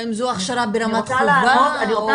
והאם זו הכשרה ברמת חובה או --- אני רוצה